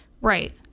Right